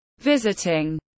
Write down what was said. visiting